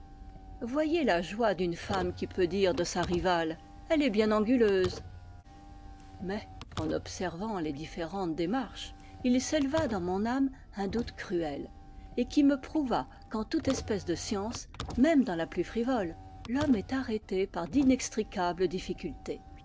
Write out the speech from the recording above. voyez la joie d'une femme qui peut dire de sa rivale elle est bien anguleuse mais en observant les différentes démarches il s'éleva dans mon âme un doute cruel et qui me prouva qu'en toute espèce de science mêît e dans la plus frivole l'homme est arrêté par d'inextricables difficultés